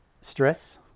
stress